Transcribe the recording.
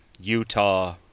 Utah